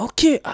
Okay